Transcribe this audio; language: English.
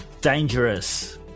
dangerous